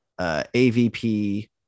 avp